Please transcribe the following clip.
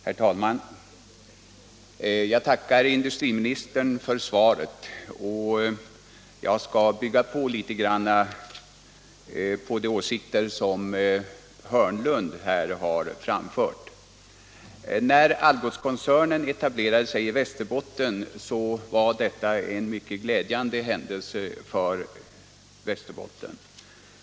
Herr talman! Jag tackar industriministern för svaret. Jag skall något bygga på de åsikter som herr Hörnlund här har framfört. När Algotskoncernen etablerade sig i Västerbotten var detta en mycket glädjande händelse för Västerbottens län.